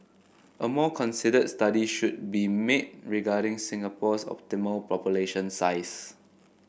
a more considered study should be made regarding Singapore's optimal population size